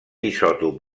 isòtop